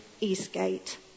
Eastgate